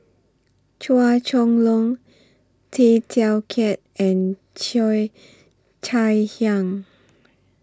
Chua Chong Long Tay Teow Kiat and Cheo Chai Hiang